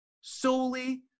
solely